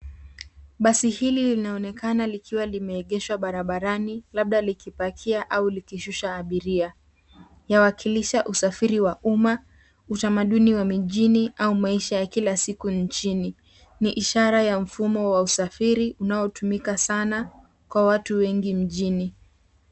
Basi hili linaonekana likiwa limeegeshwa barabarani, labda likipakia au likishusha abiria. Yawakilisha usafiri wa umma, utamaduni wa mijini, au maisha ya kila siku nchini. Ni ishara ya mfumo wa usafiri, unaotumika sana, kwa watu wengi mjini.